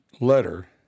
letter